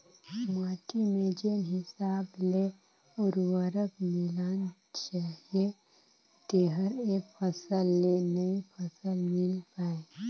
माटी में जेन हिसाब ले उरवरक मिलना चाहीए तेहर एक फसल ले नई फसल मिल पाय